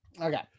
Okay